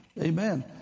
Amen